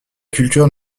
culture